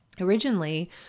originally